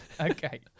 okay